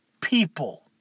people